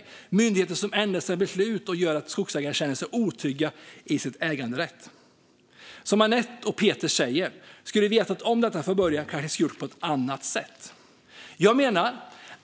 Det handlar om myndigheter som ändrar sina beslut, vilket gör att skogsägare känner sig otrygga i sin äganderätt. Som Annette och Peter säger: Hade de vetat om detta från början kanske de skulle ha gjort på ett annat sätt. Jag menar